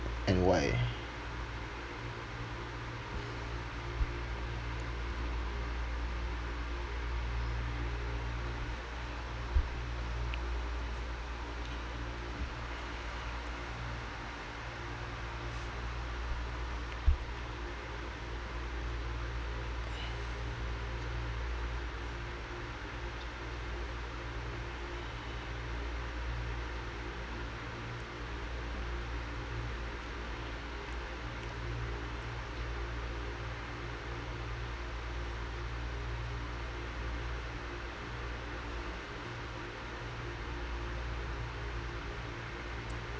and why